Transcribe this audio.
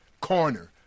corner